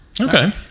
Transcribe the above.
okay